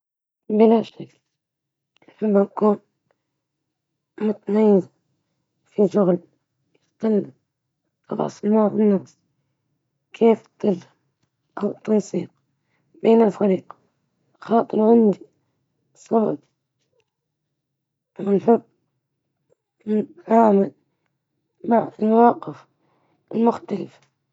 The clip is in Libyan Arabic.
وظيفة تتعلق بالإبداع والتواصل مع الآخرين، مثل التسويق الرقمي أو الكتابة الإبداعية.